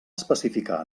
especificar